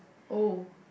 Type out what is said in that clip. oh